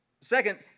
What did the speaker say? Second